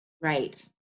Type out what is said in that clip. right